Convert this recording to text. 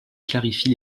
clarifie